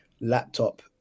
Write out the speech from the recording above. laptop